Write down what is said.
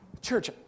Church